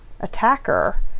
attacker